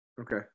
okay